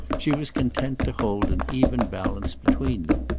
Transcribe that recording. she was content to hold an even balance between them.